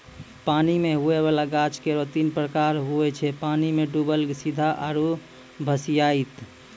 पानी मे हुवै वाला गाछ केरो तीन प्रकार हुवै छै पानी मे डुबल सीधा आरु भसिआइत